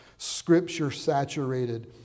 Scripture-saturated